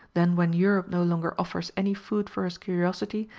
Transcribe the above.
then when europe no longer offers any food for his curiosity,